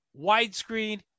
widescreen